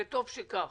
וטוב שכך.